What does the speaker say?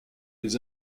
les